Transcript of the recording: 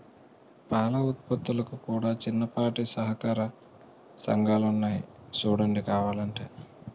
పాల ఉత్పత్తులకు కూడా చిన్నపాటి సహకార సంఘాలున్నాయి సూడండి కావలంటే